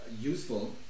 useful